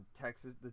Texas